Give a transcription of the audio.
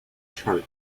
chart